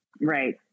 Right